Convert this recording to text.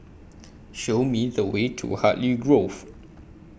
Show Me The Way to Hartley Grove